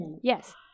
Yes